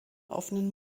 offenen